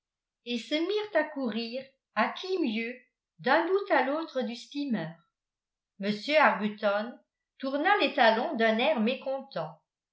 et se mirent à courir à qui mieux mieux d'un bout à l'autre du steamer m arbuton tourna les talons d'un air mécontent